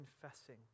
confessing